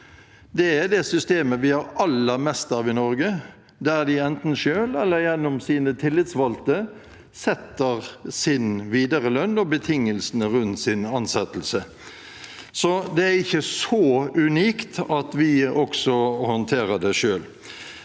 Det er det systemet vi har aller mest av i Norge, der man enten selv eller gjennom sine tillitsvalgte setter sin videre lønn og betingelsene rundt sin ansettelse. Så det er ikke så unikt at vi håndterer det selv.